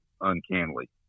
uncannily